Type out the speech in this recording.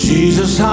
Jesus